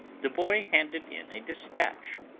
the boy handed in a despatch.